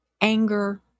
anger